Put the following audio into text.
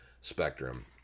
spectrum